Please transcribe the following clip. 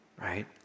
right